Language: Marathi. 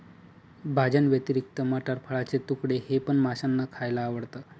भाज्यांव्यतिरिक्त मटार, फळाचे तुकडे हे पण माशांना खायला आवडतं